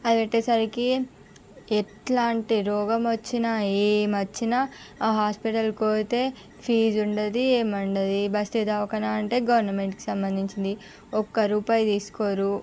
అది పెట్టేసరికి ఎట్లాంటి రోగం వచ్చినా ఏమి వచ్చినా ఆ హాస్పిటల్కి పోతే ఫీజు ఉండదు ఏమి ఉండదు ఏ బస్తి దవాఖానా అంటే గవర్నమెంట్ సంబంధించింది ఒక రూపాయి తీసుకోరు